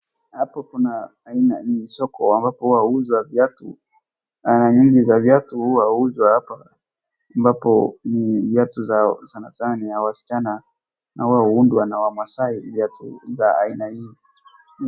Hapo kuna ni soko ambapo wanauza viatu na viatu huwa huuzwa hapa ambapo ni viatu sanasana ya wasichana na huundwa na wamaasai viatu za aina hizi.